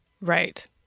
Right